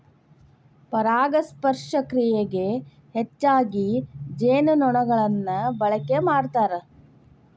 ಪರಾಗಸ್ಪರ್ಶ ಕ್ರಿಯೆಗೆ ಹೆಚ್ಚಾಗಿ ಜೇನುನೊಣಗಳನ್ನ ಬಳಕೆ ಮಾಡ್ತಾರ